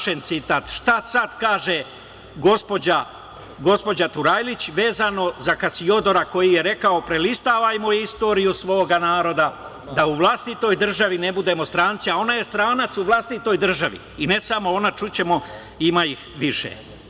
Šta sad kaže, gospođa Turajlić vezano za Kasiodora koji je rekao: „Prelistavajmo istoriju svoga naroda da u vlastitoj državi ne budemo stranci“, a ona je stranac u vlastitoj državi i ne samo ona, čućemo, ima ih više.